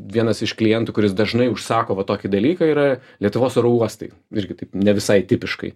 vienas iš klientų kuris dažnai užsako va tokį dalyką yra lietuvos oro uostai irgi taip ne visai tipiškai